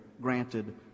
granted